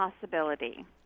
possibility